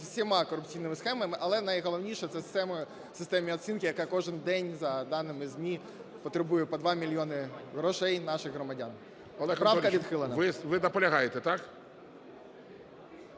усіма корупційними схемами, але найголовніша - це в системі оцінки, яка кожен день, за даними ЗМІ, потребує по 2 мільйони грошей наших громадян. Тому правка